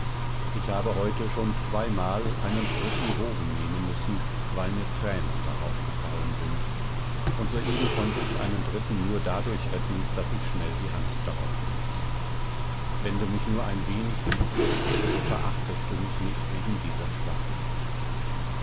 ich habe heute schon zweimal einen frischen bogen nehmen müssen weil mir tränen darauf gefallen sind und soeben konnte ich einen dritten nur dadurch retten daß ich schnell die hand darauf legte wenn du mich nur ein wenig liebst so verachtest du mich nicht wegen dieser schwachheit